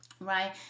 Right